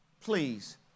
please